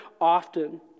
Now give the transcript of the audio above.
often